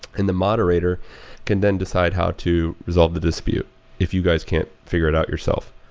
and the moderator can then decide how to resolve the dispute if you guys can't figure it out yourself.